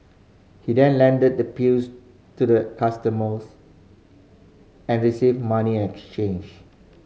he then handed the pills to the customers and received money exchange